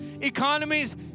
Economies